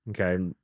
okay